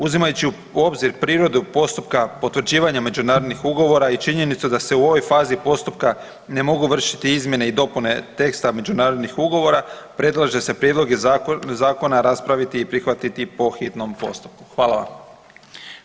Uzimajući u obzir prirodu postupka potvrđivanja međunarodnih ugovora i da se u ovoj fazi postupka ne mogu vršiti izmjene i dopune teksta međunarodnih ugovora predlaže se prijedloge zakona raspraviti i prihvatiti po hitnom postupku.